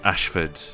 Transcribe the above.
Ashford